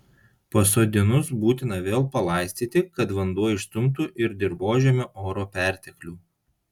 pasodinus būtina vėl palaistyti kad vanduo išstumtų ir dirvožemio oro perteklių